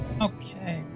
Okay